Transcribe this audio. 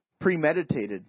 premeditated